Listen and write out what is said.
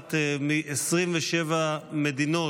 משלחת מ-27 מדינות,